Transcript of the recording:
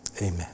Amen